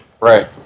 Right